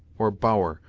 or bower,